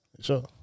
Sure